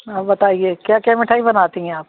हाँ बताइए क्या क्या मिठाई बनाती हैं आप